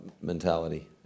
mentality